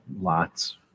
lots